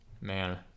Man